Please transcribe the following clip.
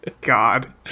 God